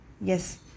Yes